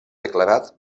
declarat